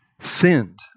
sinned